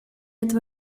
этого